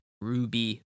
ruby